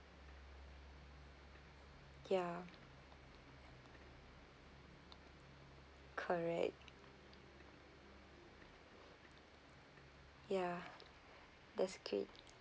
ya correct ya that's great